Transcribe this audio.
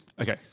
Okay